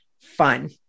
Fun